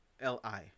L-I